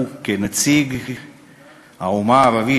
כנציג האומה הערבית,